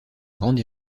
grande